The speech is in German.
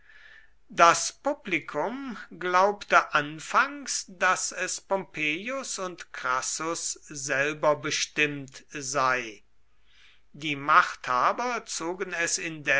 das publikum glaubte anfangs daß es pompeius und crassus selber bestimmt sei die machthaber zogen es indes